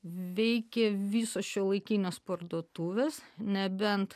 veikė visos šiuolaikinės parduotuvės nebent